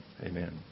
Amen